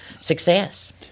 success